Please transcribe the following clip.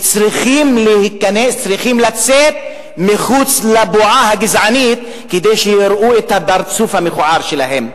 צריכים לצאת מחוץ לבועה הגזענית כדי שיראו את הפרצוף המכוער שלהם.